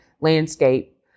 landscape